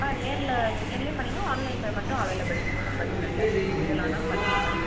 ஆ நேரில் நேர்லேயும் பண்ணிக்கோங்க ஆன்லைன் பேமெண்ட்டும் அவைலபுள் ஒன்றும் பிரச்சின இல்லை எதில் வேணாலும் பண்ணிக்கோங்க